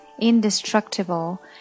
indestructible